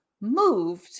moved